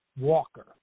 Walker